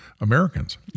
Americans